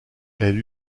elle